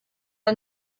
are